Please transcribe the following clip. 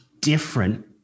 different